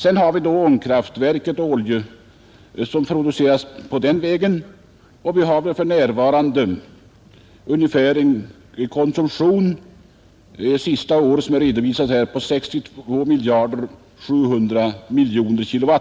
Enligt den senaste redovisningen har vi en årlig konsumtion av 62 700 miljoner kWh.